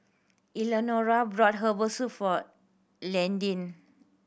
Elnora bought herbal soup for Landyn